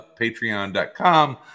patreon.com